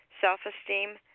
self-esteem